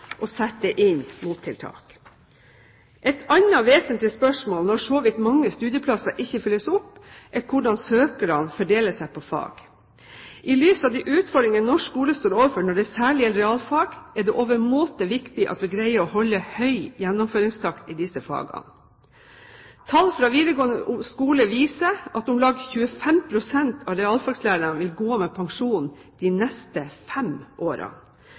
og sette inn mottiltak. Et annet vesentlig spørsmål når så vidt mange studieplasser ikke fylles opp, er hvordan søkerne fordeler seg på fag. I lys av de utfordringene norsk skole står overfor, særlig når det gjelder realfag, er det overmåte viktig at vi greier å holde høy gjennomføringstakt i disse fagene. Tall fra videregående skole viser at om lag 25 pst. av realfaglærerne vil gå av med pensjon de neste fem